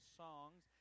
songs